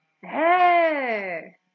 hey